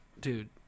dude